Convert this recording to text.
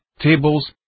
tables